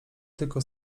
tylko